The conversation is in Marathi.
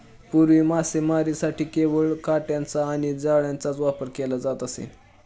पूर्वी मासेमारीसाठी केवळ काटयांचा आणि जाळ्यांचाच वापर केला जात असे